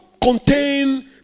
contain